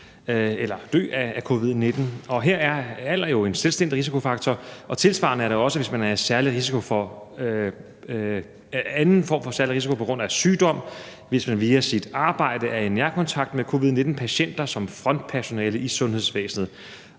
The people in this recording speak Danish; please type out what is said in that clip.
eller dør af covid-19. Her er alder jo en selvstændig risikofaktor, og tilsvarende kan der jo også være en særlig risiko på grund af sygdom, hvis man f.eks. via sit arbejde er i nærkontakt med covid-19-patienter som frontpersonale i sundhedsvæsenet.